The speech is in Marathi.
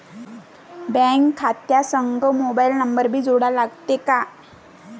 बँक खात्या संग मोबाईल नंबर भी जोडा लागते काय?